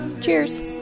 Cheers